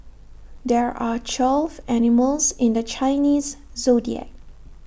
there are twelve animals in the Chinese Zodiac